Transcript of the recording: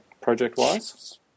project-wise